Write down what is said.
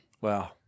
Wow